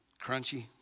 crunchy